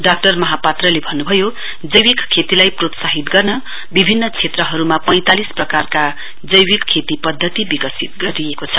doctor महापात्राले भन्नभयो जैविक खेतीलाई प्रोत्साहित गर्न विभिन्न क्षेत्रहरूमा पैंतालिस प्रकारका जैविक खेती पद्धति विकसित गरिएको छ